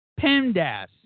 PEMDAS